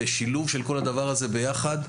ושילוב של כל הדבר הזה ביחד,